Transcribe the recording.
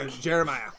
Jeremiah